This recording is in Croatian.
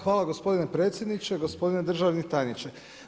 Hvala gospodine predsjedniče, gospodine državni tajniče.